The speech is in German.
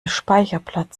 speicherplatz